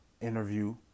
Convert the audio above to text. interview